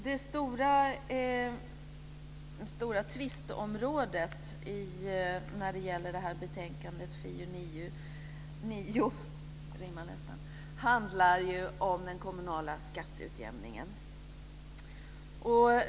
Det stora tvisteområdet i betänkande FiU9 handlar om den kommunala skatteutjämningen.